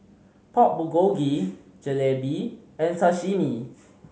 Pork Bulgogi Jalebi and Sashimi